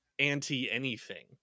anti-anything